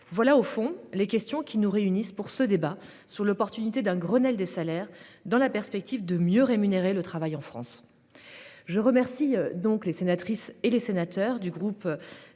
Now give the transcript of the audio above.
Voilà les questions de fond qui nous réunissent pour ce débat sur l'opportunité d'un Grenelle des salaires, dans la perspective de mieux rémunérer le travail en France. Je remercie donc les sénatrices et sénateurs du groupe